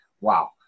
Wow